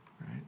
right